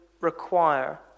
require